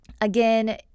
Again